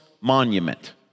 Monument